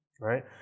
right